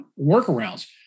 workarounds